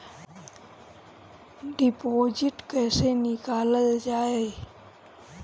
Deposit कैसे निकालल जाइ?